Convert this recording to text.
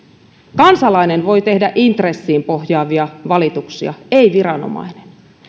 kansalainen voi tehdä intressiin pohjaavia valituksia ei viranomainen